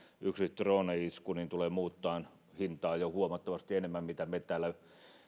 yksi drone isku tulee muuttamaan hintaa jo huomattavasti enemmän kuin me täällä